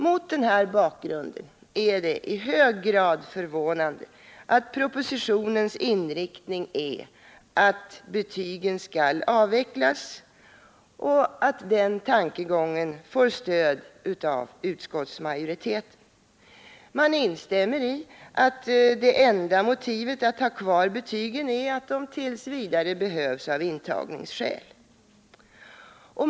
Mot denna bakgrund är det i hög grad förvånande att propositionens inriktning är att betygen skall avvecklas och att den tankegången får stöd av utskottsmajoriteten. Man instämmer i att det enda motivet för att ha kvar betygen är att de t. v. behövs av intagningsskäl.